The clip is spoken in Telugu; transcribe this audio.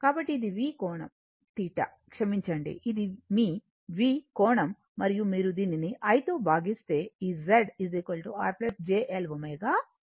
కాబట్టి ఇది v కోణం θ క్షమించండి ఇది మీ v కోణం మరియు మీరు దీనిని i తో భాగిస్తే ఈ Z R j Lω వస్తుంది